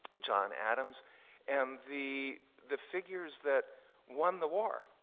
john adams and the the figures that won the war.